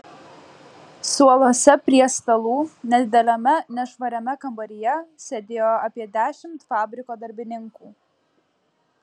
suoluose prie stalų nedideliame nešvariame kambaryje sėdėjo apie dešimt fabriko darbininkų